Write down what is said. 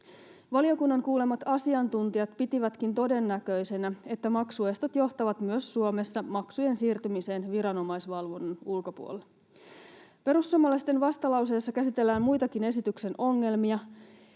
Valiokunnan kuulemat asiantuntijat pitivätkin todennäköisenä, että maksuestot johtavat myös Suomessa maksujen siirtymiseen viranomaisvalvonnan ulkopuolelle. Perussuomalaisten vastalauseessa käsitellään muitakin esityksen ongelmia